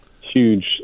huge